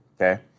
okay